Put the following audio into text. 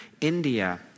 India